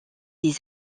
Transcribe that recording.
des